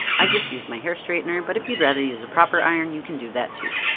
i just used my hair straightener, but if you'd rather use a proper iron you can do that too.